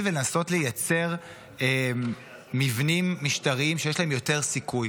ולנסות לייצר מבנים משטריים שיש להם יותר סיכוי.